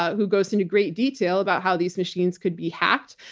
who goes into great detail about how these machines could be hacked.